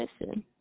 listen